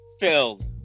filled